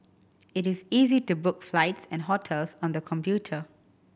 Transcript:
it is easy to book flights and hotels on the computer